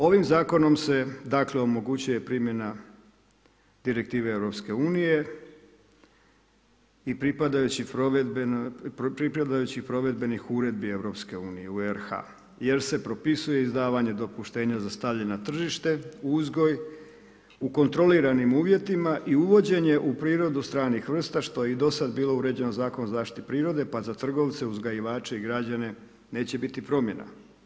Ovim zakonom se, dakle omogućuje primjena direktive EU i pripadajućih provedbenih uredbi EU u RH, jer se propisuje izdavanje dopuštenja za stavljanje na tržište, uzgoj u kontroliranim uvjetima i uvođenje u prirodu stranih vrsta što je i do sad bilo uređeno Zakonom o zaštiti prirode, pa za trgovce, uzgajivače i građane neće biti promjena.